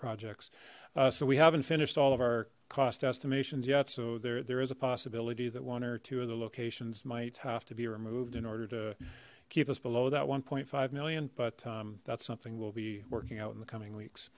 projects so we haven't finished all of our cost estimations yet so there there is a possibility that one or two of the locations might have to be removed in order to keep us below that one five million but that's something we'll be working out in the coming weeks